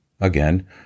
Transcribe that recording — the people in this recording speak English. Again